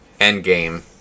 Endgame